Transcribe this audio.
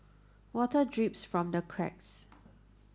water drips from the cracks